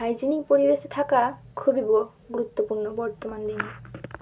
hygienic পরিবেশে থাকা খুবই গুরুত্বপূর্ণ বর্তমান দিনে